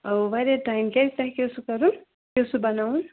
اَوا واریاہ ٹایم کیٛازِ تۄہہِ کیٛاہ اوسُو کَرُن کیٛاہ اوسُو بَناوُن